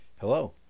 Hello